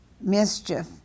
mischief